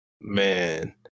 Man